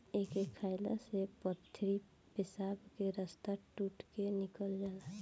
एके खाएला से पथरी पेशाब के रस्ता टूट के निकल जाला